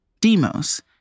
Demos